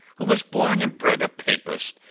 who was born and bred a papist,